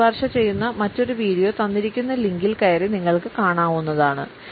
ഞാൻ ശുപാർശ ചെയ്യുന്ന മറ്റൊരു വീഡിയോ തന്നിരിക്കുന്ന ലിങ്കിൽ കയറി നിങ്ങൾക്ക് കാണാവുന്നതാണ്